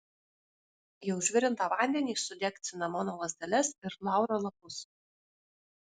į užvirintą vandenį sudėk cinamono lazdeles ir lauro lapus